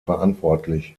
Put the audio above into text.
verantwortlich